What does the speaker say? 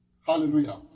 Hallelujah